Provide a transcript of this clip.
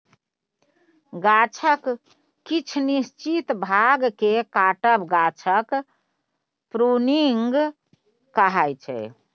गाछक किछ निश्चित भाग केँ काटब गाछक प्रुनिंग कहाइ छै